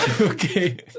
Okay